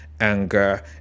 anger